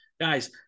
Guys